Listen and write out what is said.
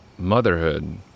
motherhood